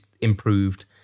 improved